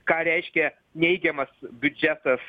ką reiškia neigiamas biudžetas